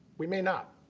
we may not.